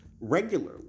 regularly